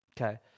okay